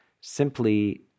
simply